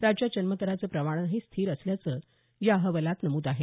राज्यात जन्मदराचं प्रमाणही स्थिर असल्याचं या अहवालात नमूद आहे